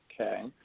Okay